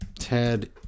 Ted